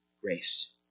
grace